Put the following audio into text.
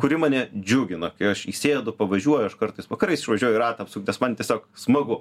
kuri mane džiugina kai aš įsėdu pavažiuoju aš kartais vakarais išvažiuoju ratą apsukt nes man tiesiog smagu